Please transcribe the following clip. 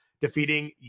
defeating